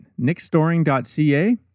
nickstoring.ca